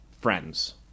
friends